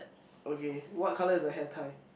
okay what colour is her hair tie